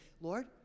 Lord